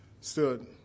stood